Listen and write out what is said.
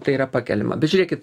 tai yra pakeliama bet žiūrėkit